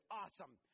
awesome